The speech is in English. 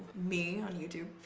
me on youtube!